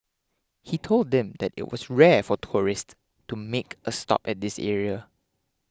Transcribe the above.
he told them that it was rare for tourists to make a stop at this area